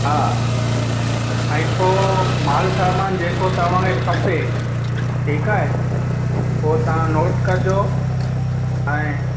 हा ऐं पोइ मालु सामान जेको तव्हां खे खपे ठीकु आहे पोइ तव्हां नोट कजो ऐं